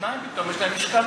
שניים, פתאום יש להם משקל-יתר.